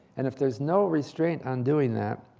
and if there is no restraint on doing that,